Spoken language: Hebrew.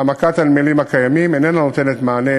העמקת הנמלים הקיימים איננה נותנת מענה